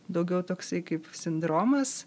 daugiau toksai kaip sindromas